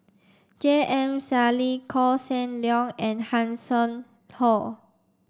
J M Sali Koh Seng Leong and Hanson Ho